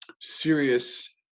serious